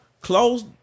close